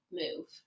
move